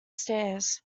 stairs